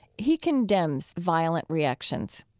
he condemns violent reactions.